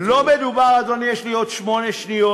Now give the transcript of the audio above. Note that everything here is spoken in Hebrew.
אדוני, יש לי עוד שמונה שניות.